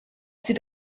sie